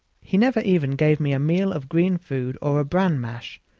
he never even gave me a meal of green food or a bran mash,